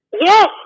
Yes